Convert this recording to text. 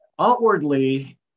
outwardly